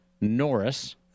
Norris